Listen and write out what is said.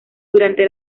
durante